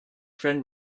friend